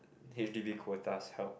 H_D_B quotas help